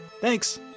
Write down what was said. Thanks